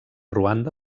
ruanda